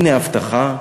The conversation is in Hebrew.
הנה הבטחה,